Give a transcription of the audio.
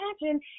Imagine